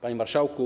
Panie Marszałku!